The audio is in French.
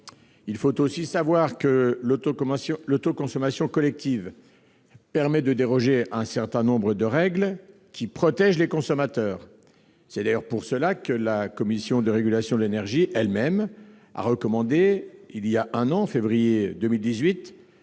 Il faut aussi savoir que l'autoconsommation collective permet de déroger à certaines règles de protection des consommateurs. C'est d'ailleurs pourquoi la Commission de régulation de l'énergie elle-même a recommandé, en février 2018,